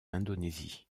indonésie